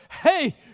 Hey